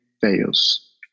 fails